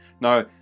Now